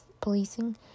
policing